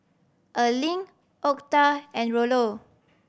Erling Octa and Rollo